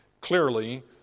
clearly